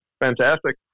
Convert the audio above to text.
Fantastic